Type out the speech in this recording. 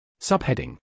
Subheading